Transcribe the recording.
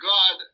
God